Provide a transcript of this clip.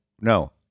No